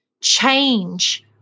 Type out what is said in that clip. change